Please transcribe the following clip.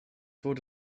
wurde